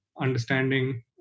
understanding